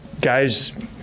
guys –